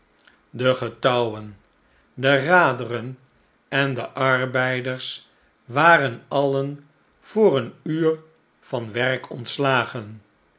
de getouwen de raderen en de arbeiders waren alien voor een uur van werk ontslagen